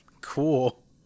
Cool